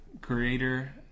creator